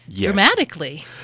Dramatically